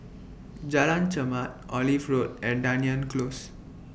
Jalan Chermat Olive Road and Dunearn Close